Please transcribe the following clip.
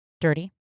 dirty